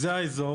זה האזור.